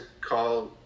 call